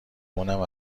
اونم